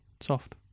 soft